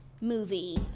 movie